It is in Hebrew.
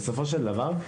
בסופו של דבר,